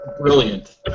brilliant